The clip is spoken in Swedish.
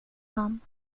han